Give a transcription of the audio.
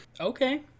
Okay